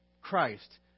Christ